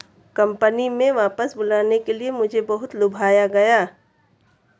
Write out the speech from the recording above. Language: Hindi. कंपनी में वापस बुलाने के लिए मुझे बहुत लुभाया गया